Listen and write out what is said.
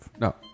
No